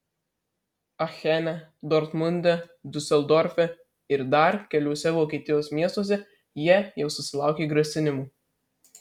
achene dortmunde diuseldorfe ir dar keliuose vokietijos miestuose jie jau susilaukė grasinimų